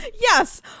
Yes